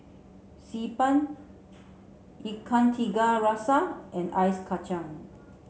Xi Ban Ikan Tiga Rasa and Ice Kacang